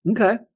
Okay